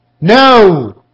no